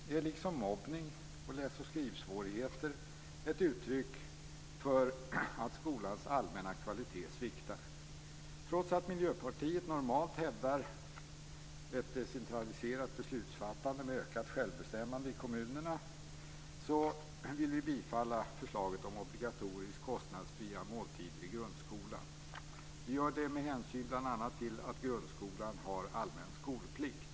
Det är, liksom mobbning och läs och skrivsvårigheter, ett uttryck för att skolans allmänna kvalitet sviktar. Trots att Miljöpartiet normalt hävdar ett decentraliserat beslutsfattande med ökat självbestämmande i kommunerna, yrkar vi bifall till förslaget om obligatoriska och kostnadsfria måltider i grundskolan. Vi gör det med hänsyn bl.a. till att grundskolan har allmän skolplikt.